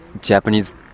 Japanese